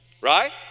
right